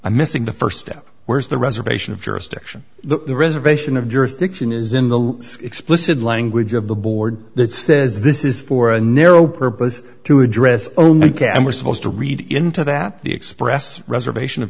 i'm missing the first step where is the reservation of jurisdiction the reservation of jurisdiction is in the explicit language of the board that says this is for a narrow purpose to address only can we're supposed to read into that the express reservation of